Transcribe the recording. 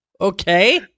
Okay